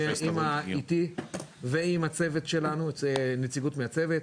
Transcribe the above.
נפגש איתי ועם הצוות שלנו, נציגות מהצוות,